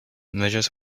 measures